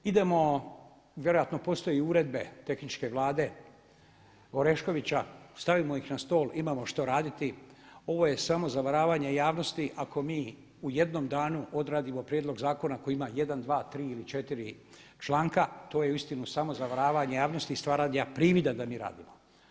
Idemo, vjerojatno postoje i uredbe tehničke Vlade Oreškovića, stavimo ih na stol, imamo što raditi, ovo je samo zavaravanje javnosti ako mi u jednom danu odradimo prijedlog zakona kojima ima 1, 2, 3 ili 4 članka, to je uistinu samo zavaranje javnosti i stvaranja privida da mi radimo.